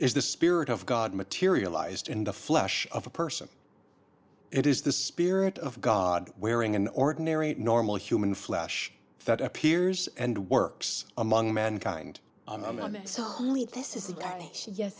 is the spirit of god materialized in the flesh of a person it is the spirit of god wearing an ordinary normal human flesh that appears and works among mankind